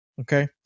okay